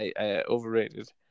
overrated